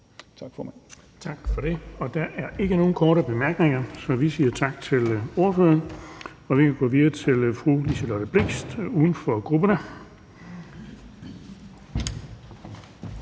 Bonnesen): Tak for det, og der er ikke nogen korte bemærkninger, så vi siger tak til ordføreren, og vi kan gå videre fru Liselott Blixt, uden for grupperne.